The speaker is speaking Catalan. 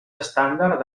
estàndard